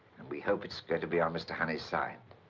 and we hope it's going to be on mr. honey's side.